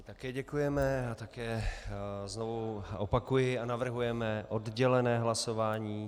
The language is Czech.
My také děkujeme a také znovu opakuji, navrhujeme oddělené hlasování.